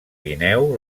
guineu